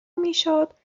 میشد